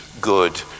good